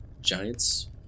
giants